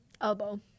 Elbow